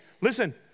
Listen